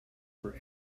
for